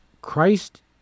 Christ